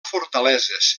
fortaleses